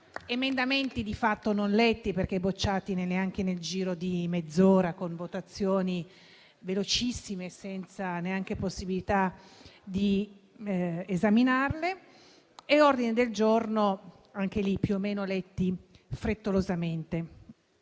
emendamenti di fatto non letti, perché bocciati nel giro di mezz'ora, con votazioni velocissime, senza neanche possibilità di esaminarli, ordini del giorno anche quelli letti più o meno frettolosamente.